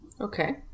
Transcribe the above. Okay